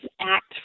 act